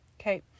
Okay